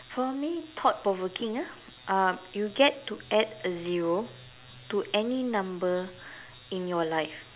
for me thought provoking ah um you get to add a zero to any number in your life